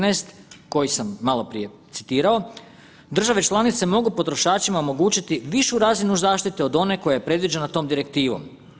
13, koji sam maloprije citirao, države članice mogu potrošačima omogućiti višu razinu zaštite od one koja je predviđena tom direktivom.